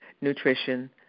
Nutrition